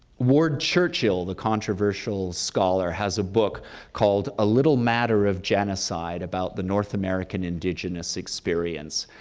ward churchill, the controversial scholar, has a book called a little matter of genocide about the north american indigenous experience,